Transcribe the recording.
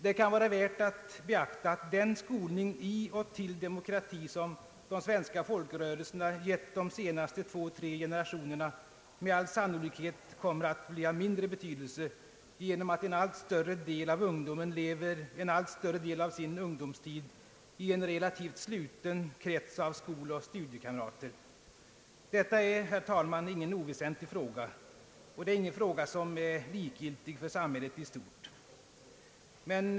Det kan vara värt att beakta att den skolning i och till demo krati som de svenska folkrörelserna givit de senaste två/tre generationerna med all sannolikhet kommer att bli av mindre betydelse genom att en allt större del av ungdomen lever en större del av sin ungdomstid i en relativt sluten krets av skoloch studiekamrater. Detta är, herr talman, ingen oväsentlig fråga, och det är inte heller en fråga som är likgiltig för samhället i stort.